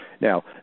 Now